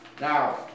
Now